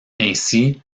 ainsi